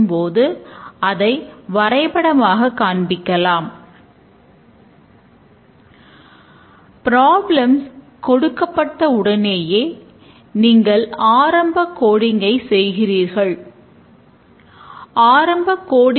S R S ஆவணத்தில் குறிப்பிடப்பட்டுள்ள தேவைகளின் மொத்த நிலையிலிருந்தே ஆரம்பிக்கிறோம்